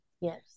Yes